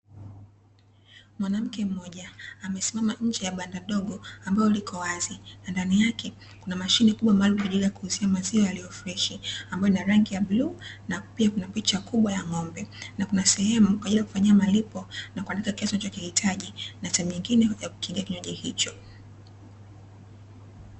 Mwanamke mmoja amesimama nje ya banda dogo ambalo liko wazi na ndani yake kuna mashine kubwa maalumu kwa ajili ya kuuzia maziwa yaliyo freshi, ambayo ina rangi ya bluu na pia kuna picha kubwa ya ng’ombe. Na kuna sehemu kwa ajili ya kufanyia malipo na kuandika kiasi unachokihitaji, na sehemu nyingine ya kukingia kinywaji hicho.